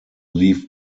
leave